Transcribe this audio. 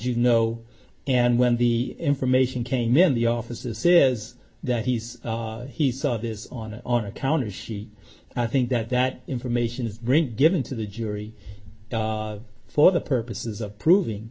you know and when the information came in the offices says that he's he saw this on a on a counter she i think that that information is given to the jury for the purposes of proving